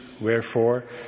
Wherefore